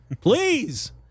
Please